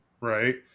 Right